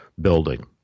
building